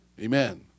Amen